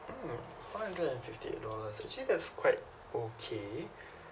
mm five hundred and fifty eight dollars actually that's quite okay